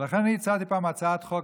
לכן אני הצעתי פעם הצעת חוק,